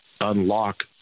unlock